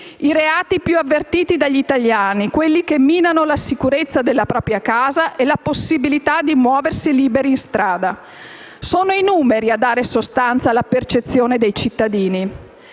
i reati più avvertiti dagli italiani, quelli che minano la sicurezza della propria casa e la possibilità di muoversi liberi in strada. Sono i numeri a dare sostanza alla percezione dei cittadini: